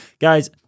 guys